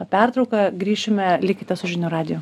pertrauką grįšime likite su žinių radiju